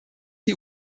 die